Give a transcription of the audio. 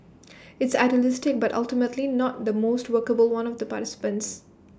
it's idealistic but ultimately not the most workable one of the participants